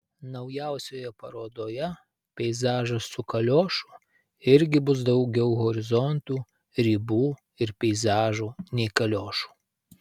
naujausioje parodoje peizažas su kaliošu irgi bus daugiau horizontų ribų ir peizažų nei kaliošų